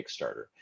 Kickstarter